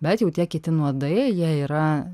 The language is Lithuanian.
bet jau tie kiti nuodai jie yra